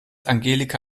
angelika